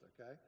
okay